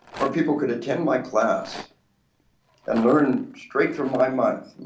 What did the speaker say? where people could attend my class and learn straight from my mind,